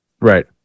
Right